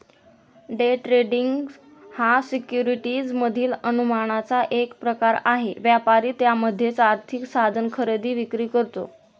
day trading हा securities मधील अनुमानाचा एक प्रकार आहे, व्यापारी त्यामध्येच आर्थिक साधन खरेदी विक्री करतो